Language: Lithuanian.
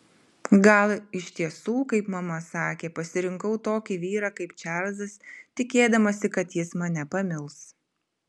gal iš tiesų kaip mama sakė pasirinkau tokį vyrą kaip čarlzas tikėdamasi kad jis mane pamils